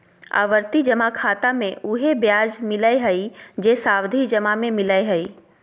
आवर्ती जमा खाता मे उहे ब्याज मिलय हइ जे सावधि जमा में मिलय हइ